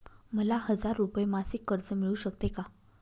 मला हजार रुपये मासिक कर्ज मिळू शकते का?